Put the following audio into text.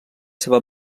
seva